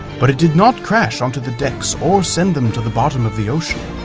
but it did not crash onto the decks or send them to the bottom of the ocean.